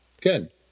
Good